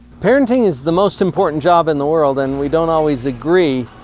parenting is the most important job in the world and we don't always agree.